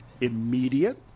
immediate